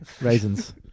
raisins